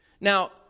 Now